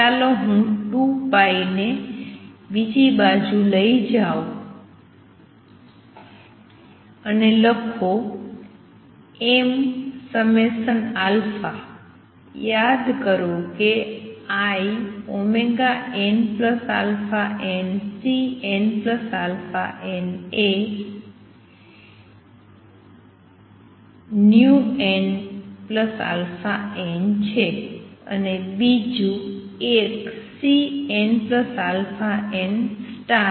ચાલો હું 2 ને બીજી બાજુ લઈ જાઉં અને લખો m યાદ કરો કે inαnCnαn એ vnαn છે અને બીજુ એક Cnα n